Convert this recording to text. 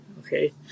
Okay